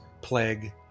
plague